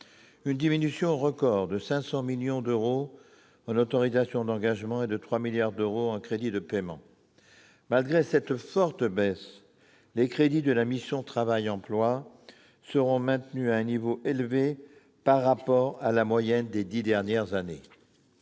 une diminution record de 500 millions d'euros en autorisations d'engagement et de 3 milliards d'euros en crédits de paiement ! Malgré cette forte baisse, ils sont maintenus à un niveau élevé par rapport à la moyenne des dix dernières années.